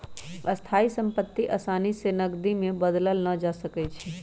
स्थाइ सम्पति असानी से नकदी में बदलल न जा सकइ छै